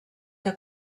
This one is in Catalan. que